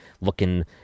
looking